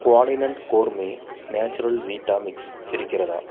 குவாலினட் gourmet natural vita mix இருக்கிறதா